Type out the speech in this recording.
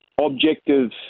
objective